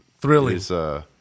Thrilling